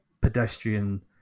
pedestrian